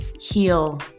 heal